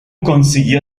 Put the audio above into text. consiguió